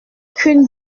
qu’une